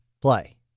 play